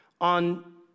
on